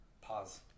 Pause